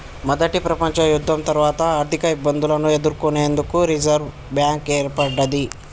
మొదటి ప్రపంచయుద్ధం తర్వాత ఆర్థికఇబ్బందులను ఎదుర్కొనేందుకు రిజర్వ్ బ్యాంక్ ఏర్పడ్డది